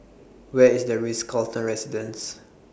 Where IS The Ritz Carlton Residences